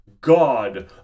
God